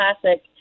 classic